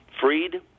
Freed